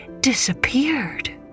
disappeared